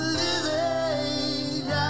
living